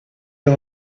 you